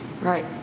Right